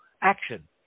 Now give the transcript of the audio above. action